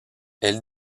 elle